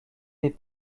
des